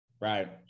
right